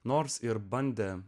nors ir bandė